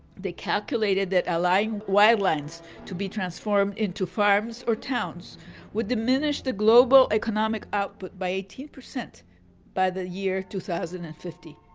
they calculated that allowing wild lands to be transformed into farms or towns would diminish the global economic output by eighteen percent by the year two thousand and fifty.